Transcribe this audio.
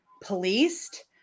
policed